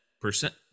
percent